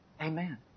Amen